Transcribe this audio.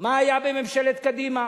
מה היה בממשלת קדימה,